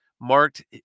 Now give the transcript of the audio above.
marked